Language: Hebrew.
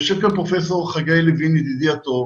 יושב פה פרופ' חגי לוין, ידידי הטוב,